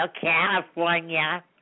California